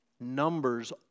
numbers